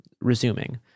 resuming